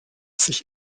sich